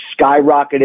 skyrocketed